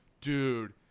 Dude